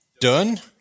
done